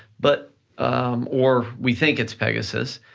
but or we think it's pegasus,